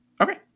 Okay